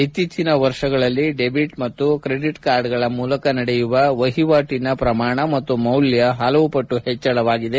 ಇತ್ತೀಚಿನ ವರ್ಷಗಳಲ್ಲಿ ಡೆಬಿಟ್ ಮತ್ತು ಕ್ರೆಡಿಟ್ ಕಾರ್ಡ್ಗಳ ಮೂಲಕ ನಡೆಯುವ ವಹಿವಾಟಿನ ಪ್ರಮಾಣ ಮತ್ತು ಮೌಲ್ಯ ಹಲವು ಪಟ್ನು ಹೆಚ್ಚಳವಾಗಿದೆ